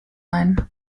ein